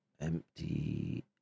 Empty